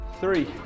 three